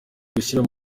gushyira